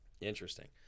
Interesting